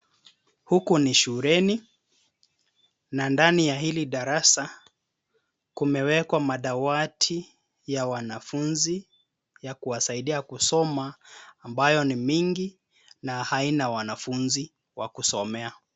Huku ni shuleni, na ndani ya hili darasa kumewekwa madawati ya wanafunzi ya kuwasaidia kusoma, ambayo ni mingi na haina wanafunzi wa kusomea.